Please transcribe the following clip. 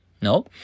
No